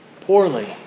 poorly